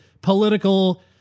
political